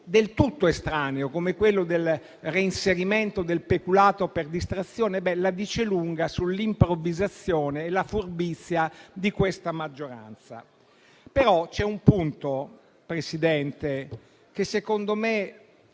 del tutto estraneo, come il reinserimento del peculato per distrazione, la dice lunga sull'improvvisazione e la furbizia di questa maggioranza. Signor Presidente, c'è un punto